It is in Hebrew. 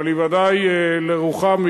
אבל היא בוודאי לרוחם,